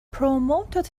promoted